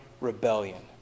rebellion